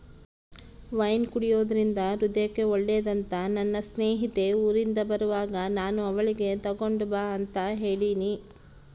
wine ಕುಡೆದ್ರಿಂದ ಹೃದಯಕ್ಕೆ ಒಳ್ಳೆದಂತ ನನ್ನ ಸ್ನೇಹಿತೆ ಊರಿಂದ ಬರುವಾಗ ನಾನು ಅವಳಿಗೆ ತಗೊಂಡು ಬಾ ಅಂತ ಹೇಳಿನಿ